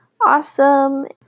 awesome